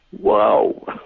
whoa